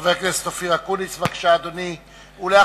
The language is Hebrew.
חבר הכנסת אופיר אקוניס, אדוני, בבקשה.